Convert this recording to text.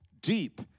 deep